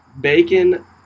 bacon